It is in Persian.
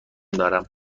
دارم